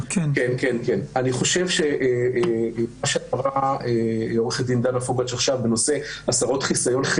כמו שאמרה עורכת הדין דנה פוגץ' בנושא הסרות חיסיון,